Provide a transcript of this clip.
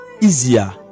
easier